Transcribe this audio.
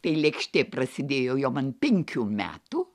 tai lėkštė prasidėjo jau man penkių metų